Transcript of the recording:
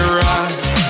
rise